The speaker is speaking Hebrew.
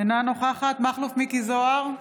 אינה נוכחת מכלוף מיקי זוהר,